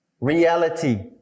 reality